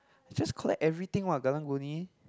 just collect everything what Karang-Guni